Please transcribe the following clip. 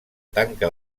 tanca